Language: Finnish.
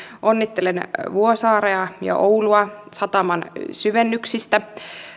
onnittelen vuosaarta ja oulua sataman syvennyksistä